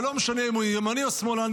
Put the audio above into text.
ולא משנה אם הוא ימני או שמאלני,